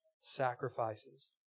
sacrifices